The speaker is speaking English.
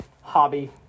hobby